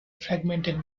fragmented